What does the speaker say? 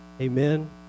Amen